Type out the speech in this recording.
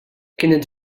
kienet